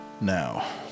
Now